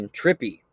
trippy